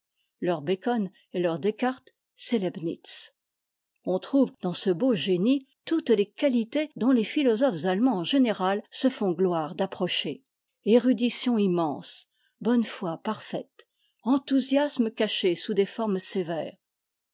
leur bacon et teûr descartes c'est leibnitz oh trouve dans ce beau génie toutes tes qualités dont les philosophes allemands en général se font gloire d'approcher érudition immense bonne foi parfaite enthousiasme caché sous des formes sévères